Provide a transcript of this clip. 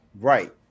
Right